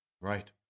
right